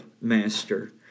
Master